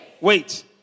wait